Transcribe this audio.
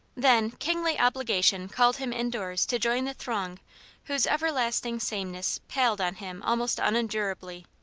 then, kingly obligation called him indoors to join the throng whose everlasting sameness palled on him almost unendurably.